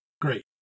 great